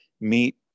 meet